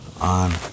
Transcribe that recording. on